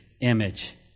image